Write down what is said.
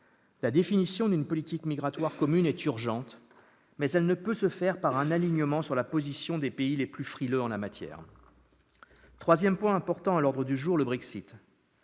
La définition d'une politique migratoire commune est urgente, mais elle ne peut se faire par un alignement sur la position des pays les plus frileux en la matière. Le Brexit constitue le troisième point important à l'ordre du jour. Le Conseil